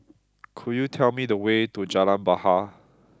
could you tell me the way to Jalan Bahar